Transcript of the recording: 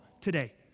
today